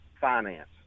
Finance